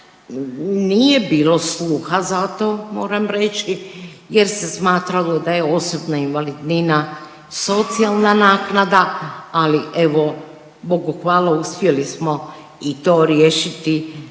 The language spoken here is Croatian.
nije bilo sluha za to moram reći jer se smatralo da je osobna invalidnina socijalna naknada, ali evo Bogu hvala uspjeli smo i to riješiti